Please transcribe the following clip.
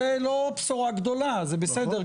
זו לא בשורה גדולה, זה בסדר.